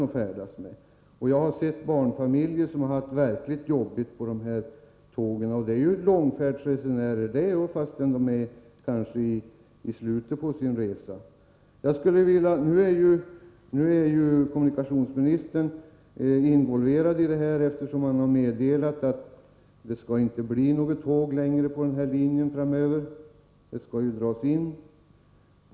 Jag har också sett barnfamiljer som har har haft det verkligt besvärligt på dessa resor. Nu är kommunikationsministern involverad i den här frågan, eftersom han har meddelat att den här linjen inte skall trafikeras av något tåg framöver. Tåget skall ju dras in.